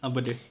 apa dia